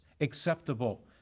acceptable